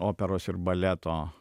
operos ir baleto